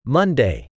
Monday